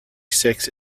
sex